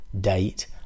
date